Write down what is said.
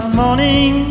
morning